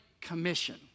commission